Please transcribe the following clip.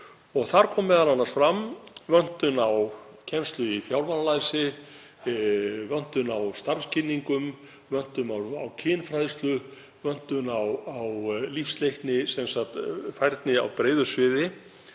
Þar kom m.a. fram vöntun á kennslu í fjármálalæsi, vöntun á starfskynningum, vöntun á kynfræðslu, vöntun á lífsleikni, sem sagt færni á breiðu sviði.